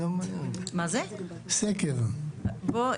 בוא,